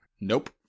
Nope